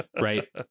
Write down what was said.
right